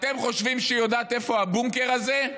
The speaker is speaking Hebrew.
אתם חושבים שהיא יודעת איפה הבונקר הזה?